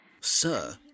Sir